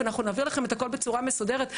ואנחנו נעביר את הכול בצורה מסודרת.